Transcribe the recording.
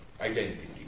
identity